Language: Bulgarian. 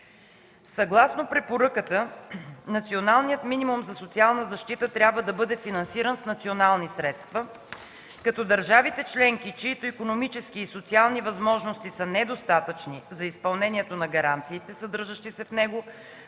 Съгласно препоръката националният минимум за социална защита трябва да бъде финансиран с национални средства, като държавите членки, чиито икономически и социални възможности са недостатъчни за изпълнението на гаранциите, съдържащи се в него,